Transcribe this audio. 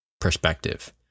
perspective